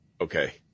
Okay